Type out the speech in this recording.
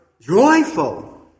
joyful